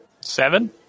Seven